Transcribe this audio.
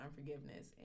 unforgiveness